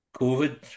COVID